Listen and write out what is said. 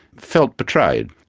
felt betrayed.